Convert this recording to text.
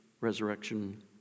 resurrection